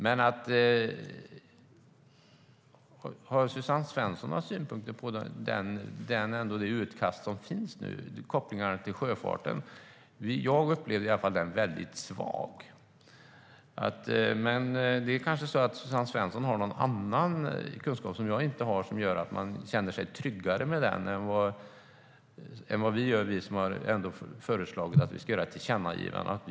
Men har Suzanne Svensson några synpunkter på det utkast som finns med kopplingar till sjöfarten? Jag upplever i alla fall strategin som väldigt svag. Men Suzanne Svensson kanske har någon annan kunskap som jag inte har som gör att man känner sig tryggare än vad vi som har föreslagit att riksdagen ska göra ett tillkännagivande gör.